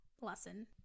lesson